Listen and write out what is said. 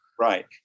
Right